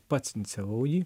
pats inicijavau jį